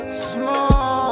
small